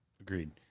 Agreed